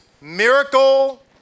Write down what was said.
miracle